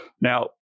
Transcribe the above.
Now